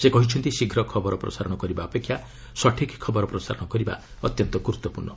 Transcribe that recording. ସେ କହିଛନ୍ତି ଶୀଘ୍ର ଖବର ପ୍ରସାରଣ କରିବା ଅପେକ୍ଷା ସଠିକ୍ ଖବର ପ୍ରସାରଣ କରିବା ଅତ୍ୟନ୍ତ ଗୁରୁତ୍ୱପୂର୍ଣ୍ଣ